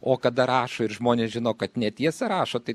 o kada rašo ir žmonės žino kad netiesą rašo tai